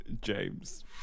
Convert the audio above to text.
James